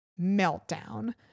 meltdown